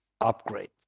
upgrade